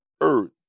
earth